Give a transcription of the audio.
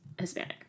Hispanic